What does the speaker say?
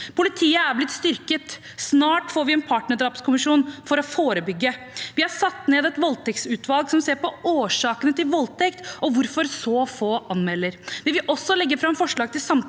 Politiet er blitt styrket. Snart får vi en partnerdrapskommisjon for å forebygge. Vi har satt ned et voldtektsutvalg som ser på årsakene til voldtekt og hvorfor så få anmelder. Vi vil også legge fram forslag til samtykkelov,